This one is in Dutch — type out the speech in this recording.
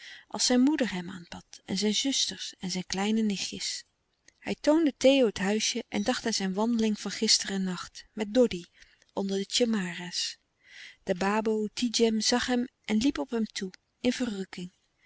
als zijn moeder hem aanbad en zijn zusters en zijn kleine nichtjes hij toonde theo het huisje en dacht aan zijn wandeling van gisteren nacht met doddy onder de tjemara's de baboe tidjem zag hem en liep op hem toe in verrukking